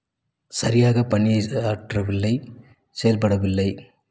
சரியாக பணியாற்றவில்லை செயல்படவில்லை